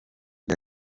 rya